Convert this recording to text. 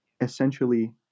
essentially